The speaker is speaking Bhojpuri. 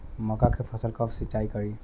मका के फ़सल कब सिंचाई करी?